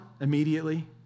immediately